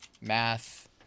Math